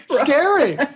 Scary